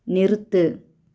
நிறுத்து